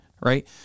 right